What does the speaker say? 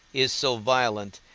is so violent,